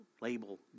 label